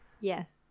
Yes